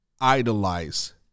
idolize